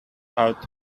out